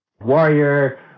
warrior